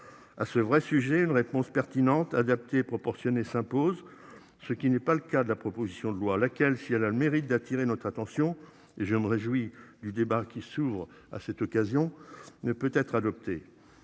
Ah ce vrai sujet une réponse pertinente adaptée et proportionnée s'impose. Ce qui n'est pas le cas de la proposition de loi, laquelle, si elle a le mérite d'attirer notre attention et je me réjouis du débat qui s'ouvre à cette occasion ne peut être adopté